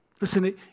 Listen